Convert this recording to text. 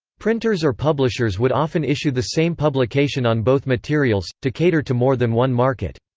printers or publishers would often issue the same publication on both materials, to cater to more than one market.